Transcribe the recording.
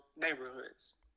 neighborhoods